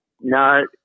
No